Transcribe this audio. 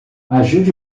ajude